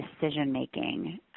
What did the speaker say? decision-making